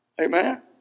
Amen